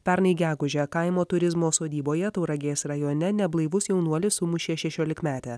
pernai gegužę kaimo turizmo sodyboje tauragės rajone neblaivus jaunuolis sumušė šešiolikmetę